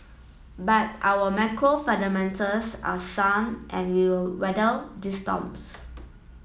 but our macro fundamentals are sound and we will weather these storms